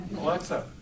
Alexa